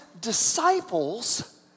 disciples